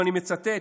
ואני מצטט,